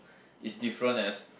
is different as